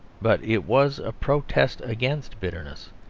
but it was a protest against bitterness.